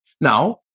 Now